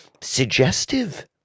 suggestive